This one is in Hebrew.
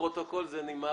לפרוטוקול, זה נאמר